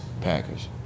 Packers